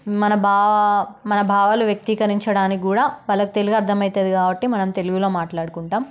మన భా మన భావాలు వ్యక్తీకరించడానికి కూడా వాళ్ళకు తెలుగు అర్థం అవుతుంది కాబట్టి మనం తెలుగులో మాట్లాడుకుంటాము